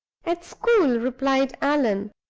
at school! replied allan,